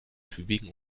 tübingen